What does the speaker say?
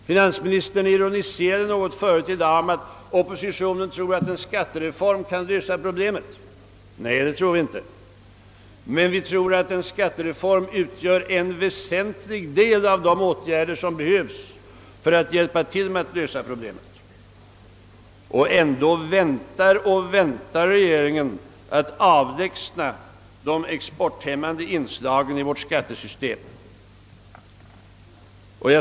Finansministern ironiserade tidigare i dag något om att oppositionen tror att en skattereform kan lösa problemet. Nej, det tror vi inte. Men vi tror att en skattereform utgör en väsentlig del av de åtgärder som behövs för att hjälpa till med att lösa problemet. Ändå väntar regeringen med att avlägsna de exporthämmande inslagen i vårt skattesystem.